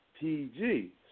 PG